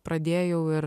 pradėjau ir